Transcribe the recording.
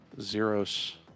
zeros